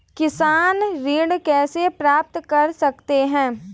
किसान ऋण कैसे प्राप्त कर सकते हैं?